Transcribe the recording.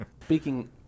Speaking